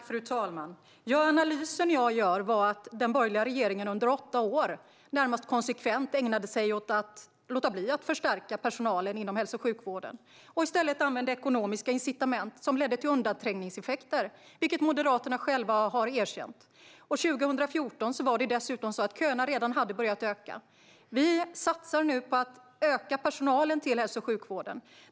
Fru talman! Analysen jag gör är att den borgerliga regeringen under åtta år närmast konsekvent lät bli att förstärka personalen inom hälso och sjukvården och i stället använde ekonomiska incitament som ledde till undanträngningseffekter, vilket Moderaterna själva har erkänt. År 2014 hade köerna dessutom redan börjat öka. Vi satsar nu på att öka personalen till hälso och sjukvården.